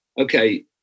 Okay